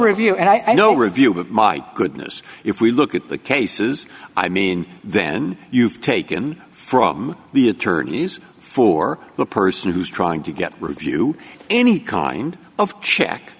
review and i know review but my goodness if we look at the cases i mean then you've taken from the attorneys for the person who's trying to get review any kind of check